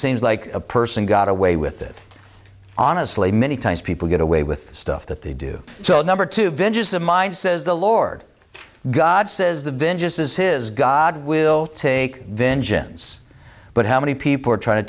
seems like a person got away with it honestly many times people get away with stuff that they do so number two vengeance of mine says the lord god says the vengeance is his god will take vengeance but how many people are trying to